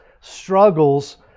struggles